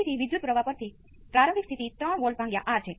આનો વાસ્તવિક ભાગ શું છે